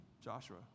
Joshua